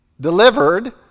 Delivered